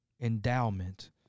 endowment